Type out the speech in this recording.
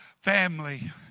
family